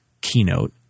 keynote